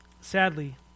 sadly